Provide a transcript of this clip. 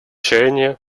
чаяния